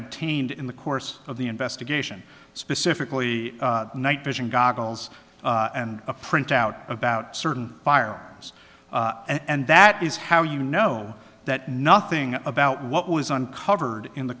obtained in the course of the investigation specifically night vision goggles and a printout about certain firearms and that is how you know that nothing about what was uncovered in the